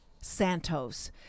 Santos